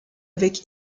avec